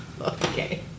Okay